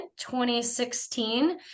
2016